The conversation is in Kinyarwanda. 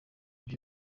byo